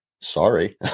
sorry